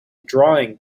drawing